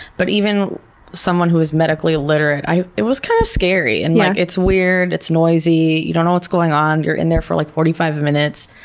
but even someone who is medically literate, it was kind of scary. and yeah it's weird it's noisy. you don't know what's going on. you're in there for like forty five minutes.